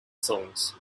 songs